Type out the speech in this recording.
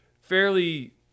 fairly